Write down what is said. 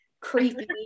creepy